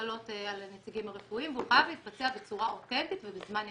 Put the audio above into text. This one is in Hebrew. שמוטלות על הנציגים הרפואיים והוא חייב להתבצע בצורה אותנטית ובזמן אמת.